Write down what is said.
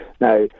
now